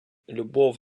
любов